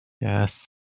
Yes